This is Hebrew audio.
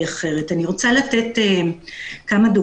שהיא מאיימת,